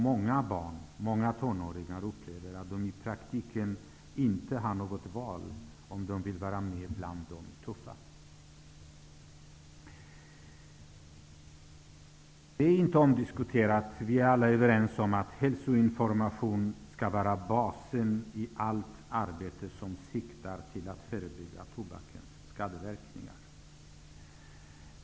Många barn och tonåringar upplever att de i praktiken inte har något val, om de vill vara med bland de tuffa. Det är inte omdiskuterat, utan vi är alla överens om att hälsoinformation skall vara basen i allt arbete som siktar till att förebygga tobakens skadeverkningar.